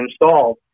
installed